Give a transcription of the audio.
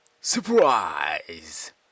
Surprise